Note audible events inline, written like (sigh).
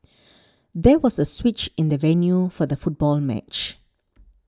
(noise) there was a switch in the venue for the football match